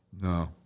No